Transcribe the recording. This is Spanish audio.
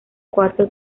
cuarto